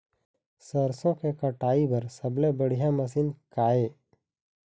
सरसों के कटाई बर सबले बढ़िया मशीन का ये?